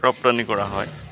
ৰপ্তানি কৰা হয়